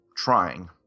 trying